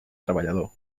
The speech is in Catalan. treballador